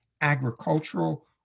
agricultural